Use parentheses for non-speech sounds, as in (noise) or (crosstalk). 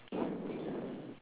(breath)